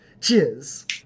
cheers